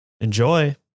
Enjoy